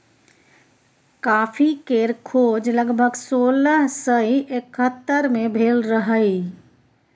coffee केर खोज लगभग सोलह सय एकहत्तर मे भेल रहई